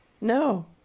No